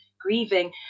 grieving